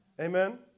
Amen